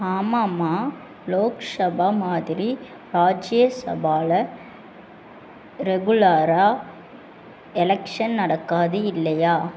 ஆமாம்மா லோக்சபா மாதிரி ராஜ்யசபாவில் ரெகுலரா எலக்ஷன் நடக்காது இல்லையா